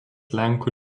lenkų